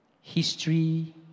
History